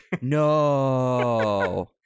no